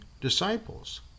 disciples